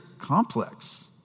complex